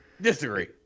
disagree